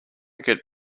get